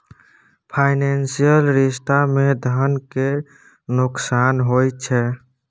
financial रिश्ता मे धन केर नोकसान होइ छै